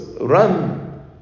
run